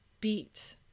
beat